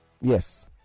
Yes